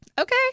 Okay